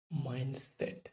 mindset